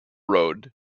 road